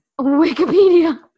Wikipedia